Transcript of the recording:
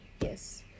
Yes